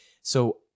So-